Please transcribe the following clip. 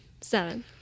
Seven